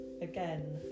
Again